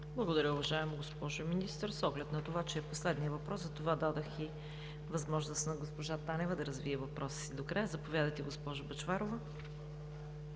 Благодаря Ви, уважаема госпожо Министър. С оглед на това, че е последен въпрос, дадох възможност на госпожа Танева да развие отговора си докрай. Заповядайте, госпожо Бъчварова.